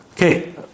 Okay